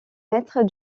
maître